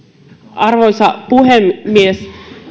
arvoisa puhemies